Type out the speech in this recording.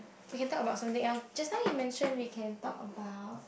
we can talk about something else just now he mention we can talk about